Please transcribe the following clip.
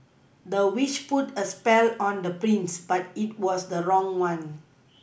the witch put a spell on the prince but it was the wrong one